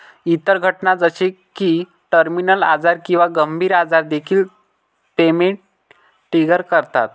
इतर घटना जसे की टर्मिनल आजार किंवा गंभीर आजार देखील पेमेंट ट्रिगर करतात